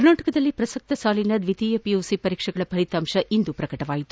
ಕರ್ನಾಟಕದಲ್ಲಿ ಪ್ರಸಕ್ತ ಸಾಲಿನ ದ್ವಿತೀಯ ಪಿಯುಸಿ ಪರೀಕ್ಷೆಗಳ ಫಲಿತಾಂಶ ಇಂದು ಪ್ರಕಟವಾಗಿದೆ